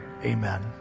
amen